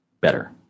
better